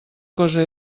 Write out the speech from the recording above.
cosa